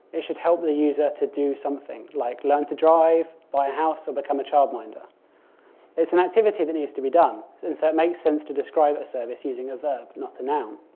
it should help the user to do something, like learn to drive, buy a house, or become a childminder. it is an activity that needs to be done and so it makes sense to describe a service using a verb not a noun.